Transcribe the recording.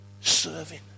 serving